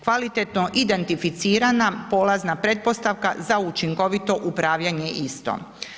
Kvalitetno identificirana polazna pretpostavka za učinkovito upravljanje istom.